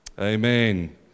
amen